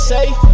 Safe